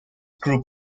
group